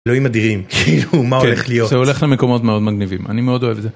אלוהים אדירים, כאילו מה הולך להיות. זה הולך למקומות מאוד מגניבים, אני מאוד אוהב את זה.